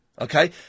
okay